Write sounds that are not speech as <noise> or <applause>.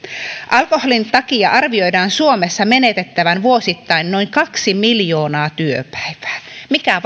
alkoholin takia arvioidaan suomessa menetettävän vuosittain noin kaksi miljoonaa työpäivää mikä <unintelligible>